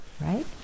right